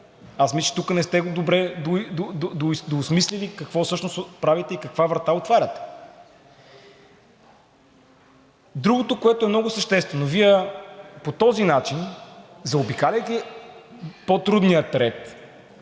Аз мисля, че тук не сте добре доосмислили какво всъщност правите и каква врата отваряте. Другото, което е много съществено, по този начин, заобикаляйки по-трудния ред,